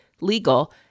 legal